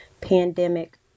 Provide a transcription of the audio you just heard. pandemic